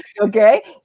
Okay